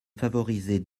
favoriser